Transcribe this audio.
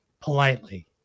politely